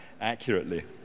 accurately